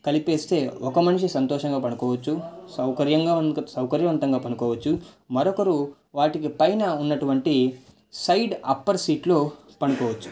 కలిపేస్తే ఒక మనిషి సంతోషంగా పడుకోవచ్చు సౌకర్యవం సౌకర్యవంతగా పడుకోవచ్చు మరొకరు వాటికి పైన ఉన్నట్టువంటి సైడ్ అప్పర్ సీట్లో పడుకోవచ్చు